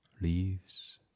leaves